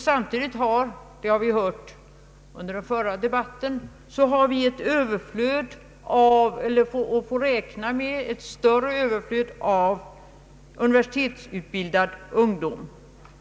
Som vi hört av den tidigare debatten har vi samtidigt att räkna med ett större överflöd av universitetsutbildad ungdom.